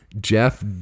Jeff